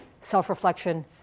self-reflection